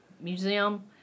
museum